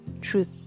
Truth